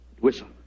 Whistle